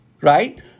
right –